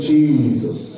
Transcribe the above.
Jesus